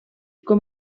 com